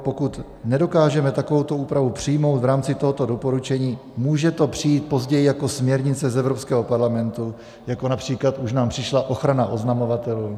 Pokud nedokážeme takovouto úpravu přijmout v rámci tohoto doporučení, může to přijít později jako směrnice z Evropského parlamentu, jako například už nám přišla ochrana oznamovatelů.